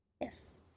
Yes